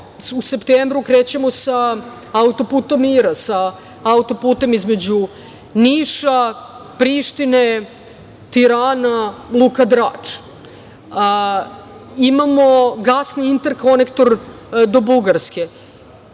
u septembru krećemo sa auto-putem mira, sa auto-putem između Niša-Prištine-Tirana-luka Drač. Imamo gasni interkornektor do Bugarske